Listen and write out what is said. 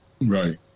Right